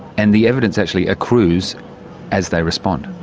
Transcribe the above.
and the evidence actually accrues as they respond.